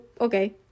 Okay